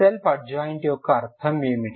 self adjoint యొక్క అర్థం ఏమిటి